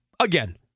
Again